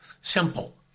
simple